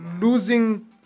losing